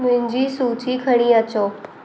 मुंहिंजी सूची खणी अचो